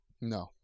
No